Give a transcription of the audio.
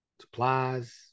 Supplies